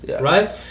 right